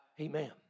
Amen